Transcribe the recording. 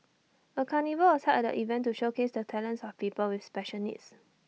A carnival was held at the event to showcase the talents of people with special needs